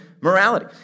morality